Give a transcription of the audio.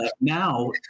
now